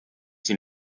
sie